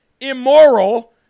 immoral